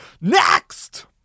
Next